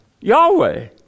Yahweh